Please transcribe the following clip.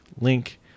Link